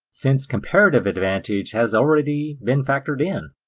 since comparative advantage has already been factored in.